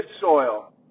soil